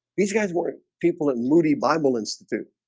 these guys weren't people at moody bible institute